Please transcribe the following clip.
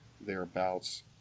thereabouts